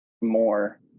more